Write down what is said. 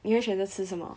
你会选择吃什么